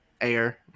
air